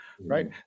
Right